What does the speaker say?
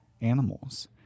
animals